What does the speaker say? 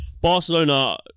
Barcelona